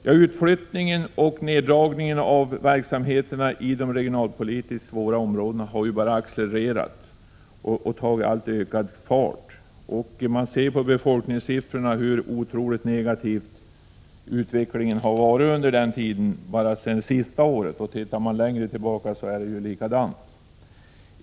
Ja, utflyttningen och neddragningen av verksamheterna i de regionalpolitiskt svåra områdena har bara accelererat och fått ökad fart. Det framgår av befolkningssiffrorna hur otroligt negativ utvecklingen har varit bara det senaste året. Ser man längre tillbaka finner man att det förhåller på sig på samma sätt.